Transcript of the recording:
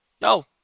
No